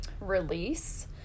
release